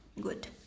good